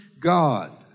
God